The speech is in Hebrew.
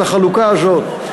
את החלוקה הזאת.